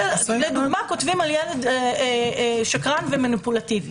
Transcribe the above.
לדוגמה, כתבו על ילד שהוא שקרן ומניפולטיבי.